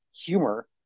humor